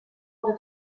oder